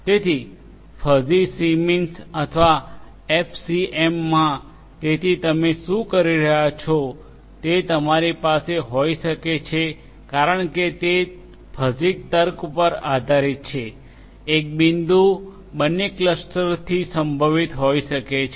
તેથી fuzzy C means અથવા FCM માં તેથી તમે શું કરી રહ્યા છો તે તમારી પાસે હોઈ શકે છે કારણ કે તે ફઝી તર્ક પર આધારિત છે એક બિંદુ બંને ક્લસ્ટરોથી સંબંધિત હોઈ શકે છે